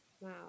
Wow